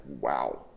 wow